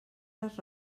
les